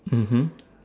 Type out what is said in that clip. mmhmm